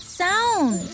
sound